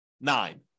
nine